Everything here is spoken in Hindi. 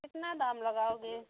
कितना दाम लगाओगे